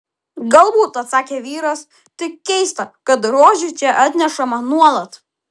galbūt atsakė vyras tik keista kad rožių čia atnešama nuolat